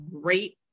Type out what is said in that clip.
great